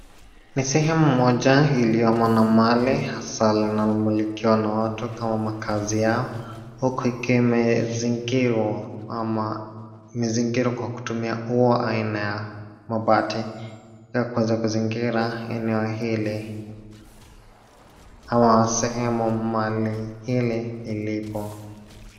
Ni sehemu moja iliyomo na mali hasa inayomilikiwa na watu kam makazi yao huku ikiwa imezingirwa kwa kutumia ua aina ya mabati pia kuweza kuzingira eneo hili ama sehemu mahali ili ilipo.